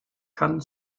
kann